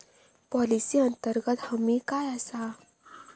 Policy अंतर्गत हमी काय आसा?